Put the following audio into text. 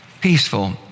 peaceful